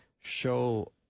show